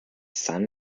sun